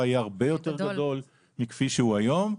יהיה הרבה יותר גדול מכפי שהוא היום.